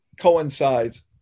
coincides